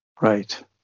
right